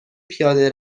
پیاده